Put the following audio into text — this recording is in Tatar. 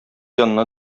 янына